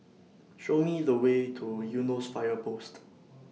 Show Me The Way to Eunos Fire Post